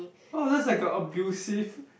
oh that's like a abusive